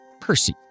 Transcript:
Percy